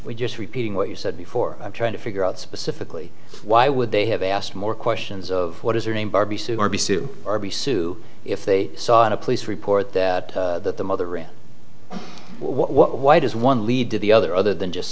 we just repeating what you said before i'm trying to figure out specifically why would they have asked more questions of what is her name barbie sudar be sue or be sue if they saw a police report that the mother why does one lead to the other other than just